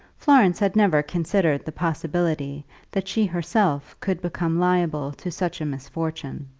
florence had never considered the possibility that she herself could become liable to such a misfortune.